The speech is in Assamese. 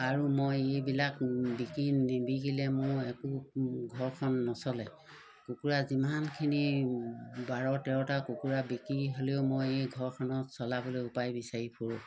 আৰু মই এইবিলাক বিকি নিবিকিলে মোৰ একো ঘৰখন নচলে কুকুৰা যিমানখিনি বাৰ তেৰটা কুকুৰা বিকি হ'লেও মই এই ঘৰখনত চলাবলৈ উপায় বিচাৰি ফুৰোঁ